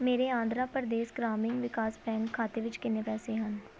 ਮੇਰੇ ਆਂਧਰਾ ਪ੍ਰਦੇਸ਼ ਗ੍ਰਾਮੀਣ ਵਿਕਾਸ ਬੈਂਕ ਖਾਤੇ ਵਿੱਚ ਕਿੰਨੇ ਪੈਸੇ ਹਨ